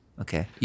Okay